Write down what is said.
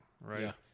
right